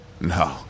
no